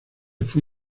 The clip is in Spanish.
fue